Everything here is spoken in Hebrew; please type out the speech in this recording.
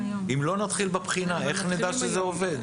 אם לא נתחיל בבחינה, איך נדע שזה עובד?